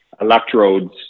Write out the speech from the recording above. electrodes